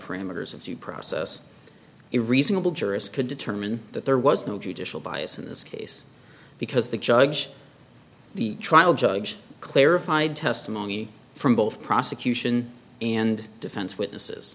parameters of due process a reasonable jurist could determine that there was no judicial bias in this case because the judge the trial judge clarified testimony from both prosecution and defense witnesses